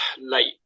late